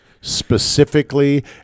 specifically